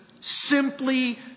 simply